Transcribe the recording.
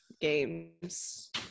games